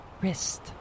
wrist